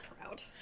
proud